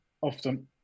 often